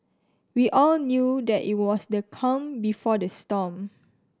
we all knew that it was the calm before the storm